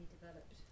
developed